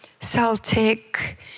Celtic